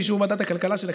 באישור ועדת הכלכלה של הכנסת,